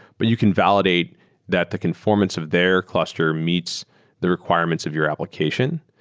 but you can validate that the conformance of their cluster meets the requirements of your application.